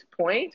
point